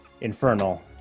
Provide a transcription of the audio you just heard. Infernal